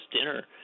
dinner